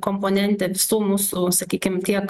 komponentė visų mūsų sakykim tiek